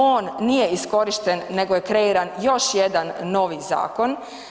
On nije iskorišten nego je kreiran još jedan novi zakon.